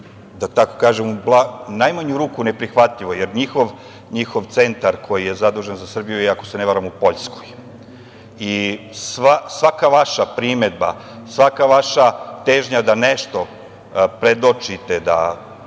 da tako kažem, u najmanju ruku, neprihvatljivo jer njihov centar koji je zadužen za Srbiju je, ako se ne varam, u Poljskoj. Svaka vaša primedba, svaka vaša težnja da nešto predočite, da